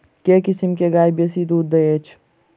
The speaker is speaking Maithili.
केँ किसिम केँ गाय बेसी दुध दइ अछि?